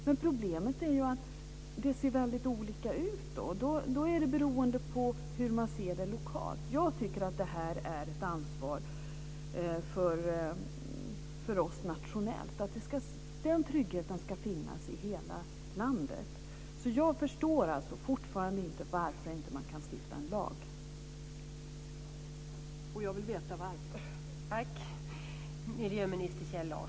Men problemet är att det ser olika ut. Det beror på hur man ser det lokalt. Jag tycker att det är ett ansvar för oss nationellt. Den tryggheten ska finnas i hela landet. Jag förstår fortfarande inte varför man inte kan stifta en lag, och jag vill veta varför.